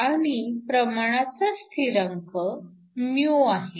आणि प्रमाणाचा स्थिरांक μ आहे